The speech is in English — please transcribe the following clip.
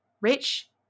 rich